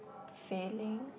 failing